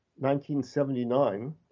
1979